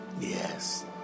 Yes